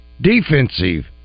defensive